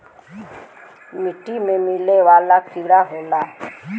मिट्टी में मिले वाला कीड़ा होला